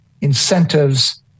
incentives